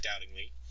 doubtingly